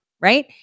right